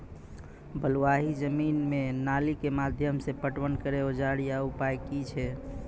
बलूआही जमीन मे नाली के माध्यम से पटवन करै औजार या उपाय की छै?